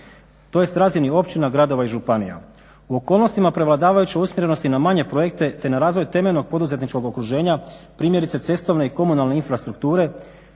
tj. razini općina, gradova i županija. U okolnostima prevladavajuće usmjerenosti na manje projekte te na razvoj temeljnog poduzetničkog okruženja, primjerice cestovne i komunalne infrastrukture,